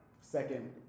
second